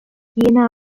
piena